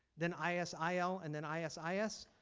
then i s i l, and then i s i s.